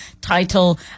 title